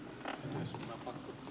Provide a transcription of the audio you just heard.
herra puhemies